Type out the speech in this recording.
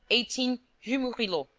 eighteen, rue murillo!